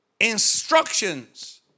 instructions